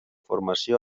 formació